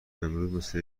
مثل